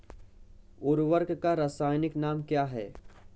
उर्वरक का रासायनिक नाम क्या है?